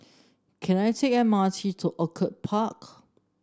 can I take the M R T to Orchid Park